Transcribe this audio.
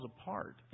apart